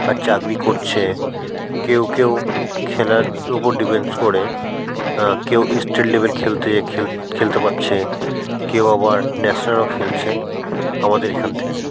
বা চাকরি করছে কেউ কেউ খেলার উপর ডিফেন্স করে কেউ স্টেট লেভেল খেলতে খেলতে পারছে কেউ আবার ন্যাশনালও খেলছে আমাদের এখান থেকে